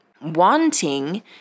wanting